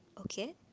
okay